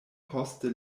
poste